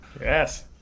Yes